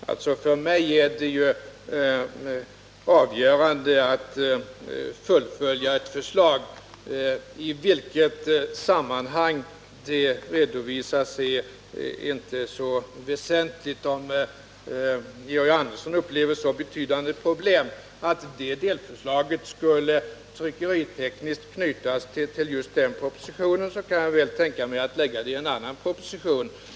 Herr talman! För mig är det avgörande att ett förslag fullföljs. I vilket sammanhang det redovisas är inte så väsentligt. Om Georg Andersson upplever att så betydande problem är förenade med att delförslaget tryckeritekniskt knyts till den aktuella propositionen kan jag väl tänka mig att lägga fram det i en annan proposition.